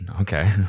Okay